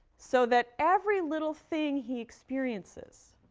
so that every little thing he experiences,